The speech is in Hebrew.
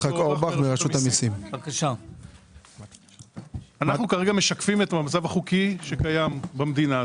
אנחנו כרגע משקפים את המצב החוקי שקיים במדינה.